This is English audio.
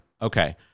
Okay